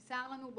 ונמסר לנו,